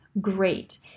great